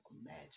imagine